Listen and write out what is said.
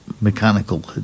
mechanical